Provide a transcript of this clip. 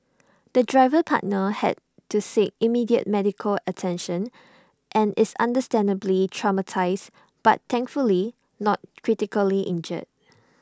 the driver partner had to seek immediate medical attention and is understandably traumatised but thankfully not critically injured